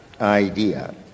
idea